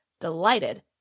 Delighted